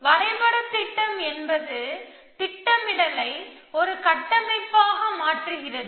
வரைபடத் திட்டம் என்பது திட்டமிடலை ஒரு கட்டமைப்பாக மாற்றுகிறது